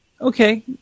Okay